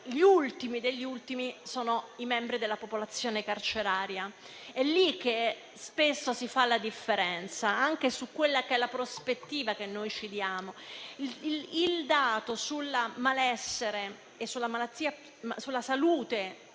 Gli ultimi degli ultimi sono i membri della popolazione carceraria: è lì che spesso si fa la differenza anche su quella che è la prospettiva che noi ci diamo. Il dato sul malessere e sulla salute